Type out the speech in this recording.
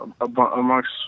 amongst